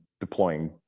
deploying